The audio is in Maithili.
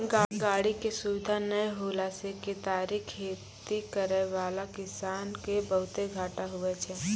गाड़ी के सुविधा नै होला से केतारी खेती करै वाला किसान के बहुते घाटा हुवै छै